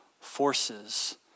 forces